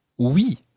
oui